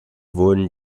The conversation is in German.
wurden